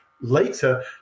later